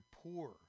poor